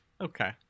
Okay